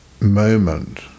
moment